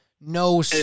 no